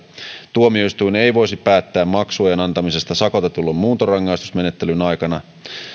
tuomioistuin ei voisi päättää maksujen antamisesta sakotetulle muuntorangaistusmenettelyn aikana